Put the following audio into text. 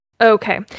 Okay